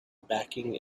backing